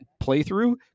playthrough